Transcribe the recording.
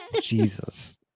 Jesus